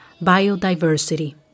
biodiversity